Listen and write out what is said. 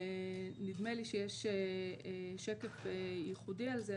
נדמה לי שיש שקף ייחודי על זה,